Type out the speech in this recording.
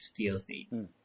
DLC